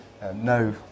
no